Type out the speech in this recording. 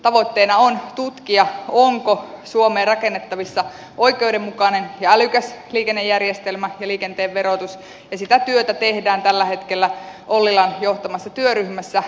tavoitteena on tutkia onko suomeen rakennettavissa oikeudenmukainen ja älykäs liikennejärjestelmä ja liikenteen verotus ja sitä työtä tehdään tällä hetkellä ollilan johtamassa työryhmässä